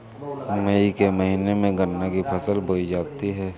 मई के महीने में गन्ना की फसल बोई जाती है